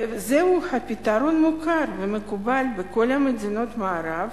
זהו פתרון מוכר ומקובל בכל מדינות המערב